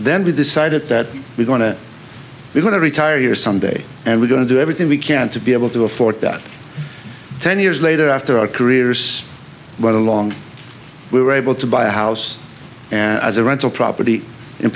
then we decided that we want to be going to retire someday and we're going to do everything we can to be able to afford that ten years later after our careers but along we were able to buy a house and as a rental property